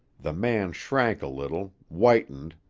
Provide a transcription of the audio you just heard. the man shrank a little, whitened,